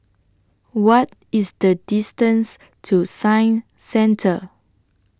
What IS The distance to Science Centre